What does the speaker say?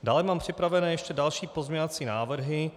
Dále mám připraveny ještě další pozměňovací návrhy.